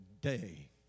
day